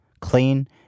clean